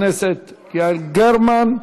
חברת הכנסת יעל גרמן,